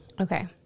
Okay